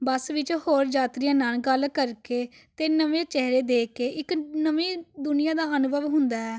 ਬੱਸ ਵਿੱਚ ਹੋਰ ਯਾਤਰੀਆਂ ਨਾਲ ਗੱਲ ਕਰਕੇ ਅਤੇ ਨਵੇਂ ਚਿਹਰੇ ਦੇਖ ਕੇ ਇੱਕ ਨਵੀਂ ਦੁਨੀਆ ਦਾ ਅਨੁਭਵ ਹੁੰਦਾ